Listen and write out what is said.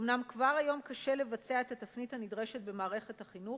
"אומנם כבר היום קשה לבצע את התפנית הנדרשת במערכת החינוך,